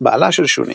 בעלה של שוני.